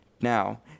Now